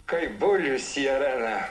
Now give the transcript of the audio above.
kaip bulius į areną